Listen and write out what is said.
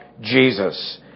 Jesus